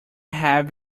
have